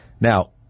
Now